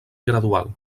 gradual